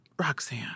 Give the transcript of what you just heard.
Roxanne